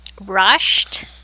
rushed